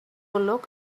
look